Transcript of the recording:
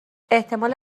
احتمال